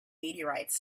meteorites